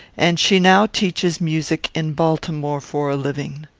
and she now teaches music in baltimore for a living.